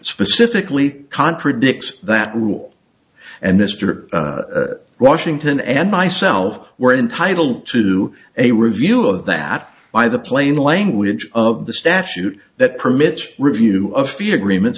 specifically contradicts that rule and mr washington and myself were entitled to a review of that by the plain language of the statute that permits review of fear agreements